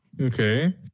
Okay